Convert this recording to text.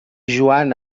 joan